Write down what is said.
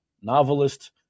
novelist